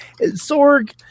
Sorg